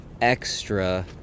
extra